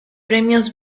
premios